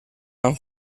amb